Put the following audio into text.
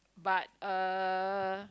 but uh